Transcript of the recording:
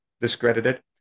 discredited